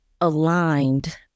aligned